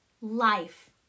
Life